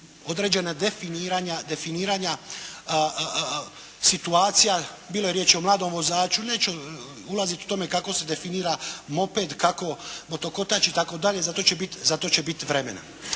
određena definiranja situacija. Bilo je riječi o mladom vozaču. Neću ulaziti u to kako se definira moped, kako motokotač itd., za to će biti vremena.